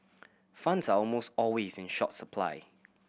funds are almost always in short supply